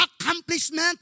accomplishment